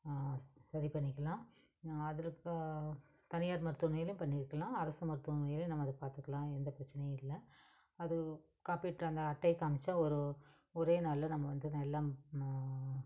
சரி பண்ணிக்கலாம் அதற்கு தனியார் மருத்துவமனையிலையும் பண்ணியிருக்கலாம் அரசு மருத்துவமனையிலையும் நம்ம அதை பார்த்துக்கலாம் எந்த பிரச்சனையும் இல்லை அது காப்பீட்டு அந்த அட்டையை காமிச்சால் ஒரு ஒரே நாள்ல நம்ம வந்து நல்லா